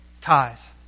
ties